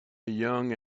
young